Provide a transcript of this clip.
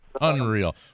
unreal